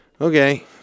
Okay